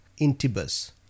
intibus